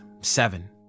seven